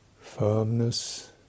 firmness